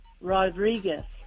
Rodriguez